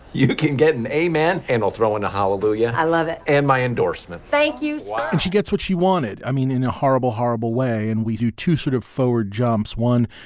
you can get in a man and i'll throw in a hallelujah. i love it. and my endorsement. thank you and she gets what she wanted. i mean, in a horrible, horrible way. and we do to sort of forward jumps one,